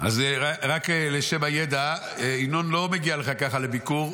אז רק לשם הידע, ינון לא מגיע לכאן ככה לביקור.